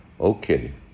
okay